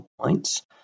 points